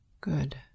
Good